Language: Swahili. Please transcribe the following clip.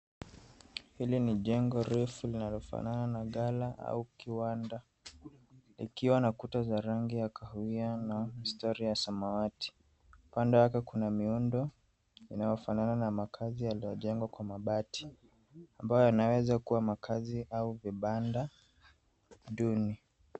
Hili ni jengo refu linalofanana na ghala au kiwanda, likiwa na kuta za rangi ya kahawia na mistari ya samawati. Kando yake kuna miundo inayofanana na makazi yaliyojenga kwa mabati , ambayo yanaweza kua makazi au vibanda duni.